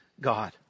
God